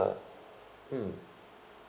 mm